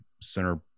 center